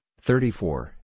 thirty-four